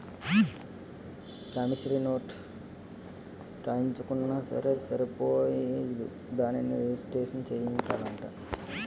promissory note రాయించుకున్నా సరే సరిపోదు దానిని రిజిస్ట్రేషను సేయించాలట